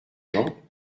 gens